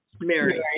Mary